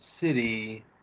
city